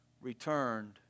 returned